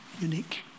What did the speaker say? unique